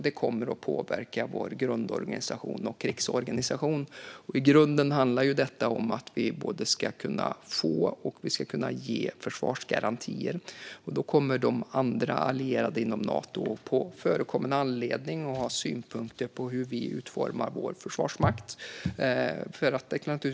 Det kommer att påverka vår grundorganisation och krigsorganisation. I grunden handlar detta om att vi både ska kunna få och ge försvarsgarantier. Andra allierade inom Nato kommer, på förekommen anledning, att ha synpunkter på hur vi utformar vår försvarsmakt.